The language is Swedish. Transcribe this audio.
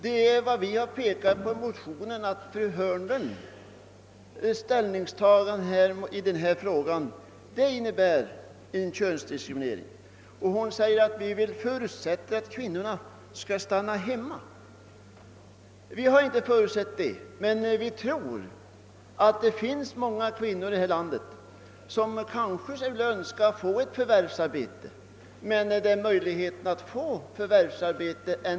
Fru Hörnlunds ställningstagande i denna fråga innebär just en könsdiskriminering, något som vi pekat på i vår motion. Hon säger att vi förutsätter att kvinnan skall stanna hemma. Nej, vi har inte förutsatt detta, men vi tror att det i detta land finns många kvinnor som önskar ett förvärvsarbete men som inte kan få det.